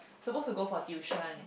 supposed to go for tuition